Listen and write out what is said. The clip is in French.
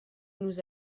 nous